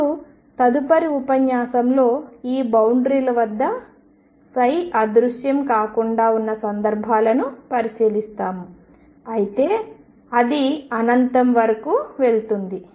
ఇప్పుడు తదుపరి ఉపన్యాసంలో ఈ బౌండరీల వద్ద ψ అదృశ్యం కాకుండా ఉన్న సందర్భాలను పరిశీలిస్తాము అయితే అది అనంతం వరకు వెళుతుంది